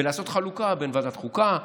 ולעשות חלוקה בין ועדת חוקה,